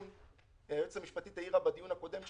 היועצת המשפטית העירה בדיון הקודם,